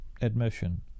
admission